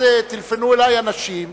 אז טלפנו אלי אנשים,